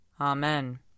Amen